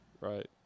Right